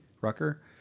Rucker